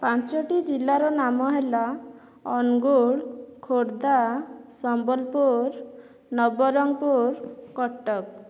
ପାଞ୍ଚଟି ଜିଲ୍ଲାର ନାମ ହେଲା ଅନୁଗୁଳ ଖୋର୍ଦ୍ଧା ସମ୍ବଲପୁର ନବରଙ୍ଗପୁର କଟକ